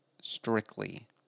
strictly